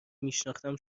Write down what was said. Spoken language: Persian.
میشناختم